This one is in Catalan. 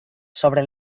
sobre